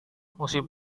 musim